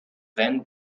ven